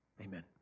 amen